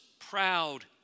proud